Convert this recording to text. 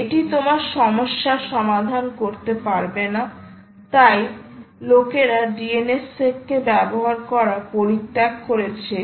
এটা তোমার সমস্যার সমাধান করতে পারবে না তাই লোকেরা DNSSEC কে ব্যবহার করা পরিত্যাগ করেছে